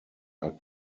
are